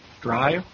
drive